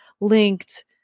linked